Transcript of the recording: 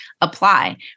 apply